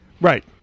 Right